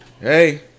hey